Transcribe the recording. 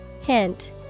Hint